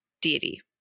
deity